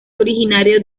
originario